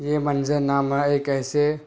یہ منظرنام ایک ایسے